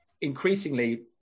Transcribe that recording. increasingly